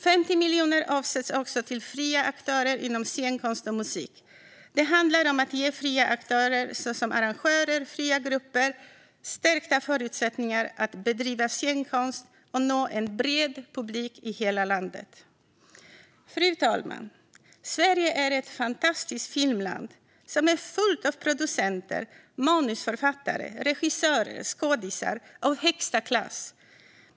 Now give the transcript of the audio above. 50 miljoner avsätts också till fria aktörer inom scenkonst och musik. Det handlar om att ge fria aktörer såsom arrangörer och fria grupper stärkta förutsättningar att bedriva scenkonst och nå en bred publik i hela landet. Fru talman! Sverige är ett fantastiskt filmland som är fullt av producenter, manusförfattare, regissörer och skådisar av högsta klass.